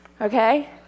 Okay